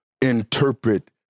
interpret